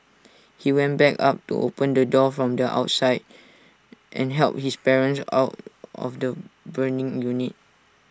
he went back up to open the door from the outside and helped his parents out of the burning unit